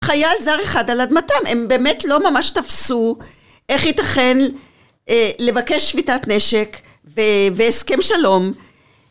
חייל זר אחד על אדמתם הם באמת לא ממש תפסו איך ייתכן לבקש שביתת נשק והסכם שלום